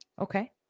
Okay